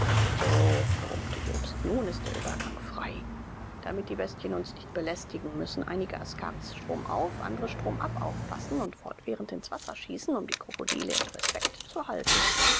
so brummte jobst nun ist der übergang frei damit die bestien uns nicht belästigen müssen einige askaris stromauf andre stromab aufpassen und fortwährend ins wasser schießen um die krokodile in respekt zu halten